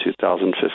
2015